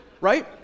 Right